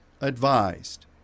advised